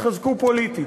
התחזקו פוליטית.